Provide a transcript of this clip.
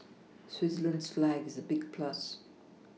Switzerland's flag is a big plus